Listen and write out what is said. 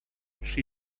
she